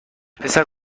پسر